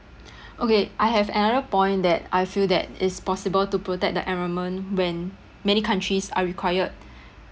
okay I have another point that I feel that it's possible to protect the environment when many countries are required